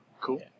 cool